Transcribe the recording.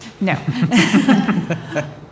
No